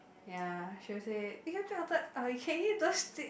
ya she will say eh you all uh can you don't split